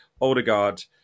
Odegaard